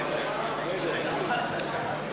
סעיף 12, כהצעת הוועדה, נתקבל.